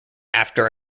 after